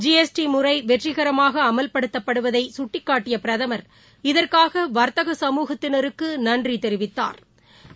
ஜிஎஸ்டிமுறைவெற்றிகரமாகஅமல்படுத்தப்படுவதைசுட்டிக்காட்டியபிரதமா் இதற்காகவர்த்தக சமூகத்தினருக்குநன்றிதெரிவித்தாா்